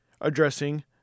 addressing